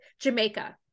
jamaica